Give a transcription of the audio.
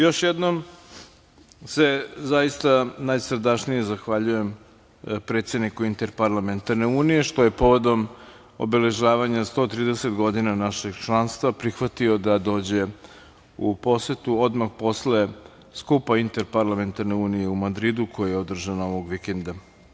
Još jednom se zaista najsrdačnije zahvaljujem predsedniku Interparlamentarne unije što je povodom obeležavanja 130 godina našeg članstva prihvatio da dođe u posetu odmah posle skupa Interparlamentarne unije u Madridu, koji je održan ovog vikenda.